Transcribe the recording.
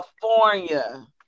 California